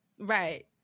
right